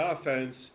offense